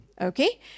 okay